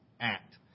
act